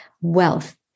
Wealth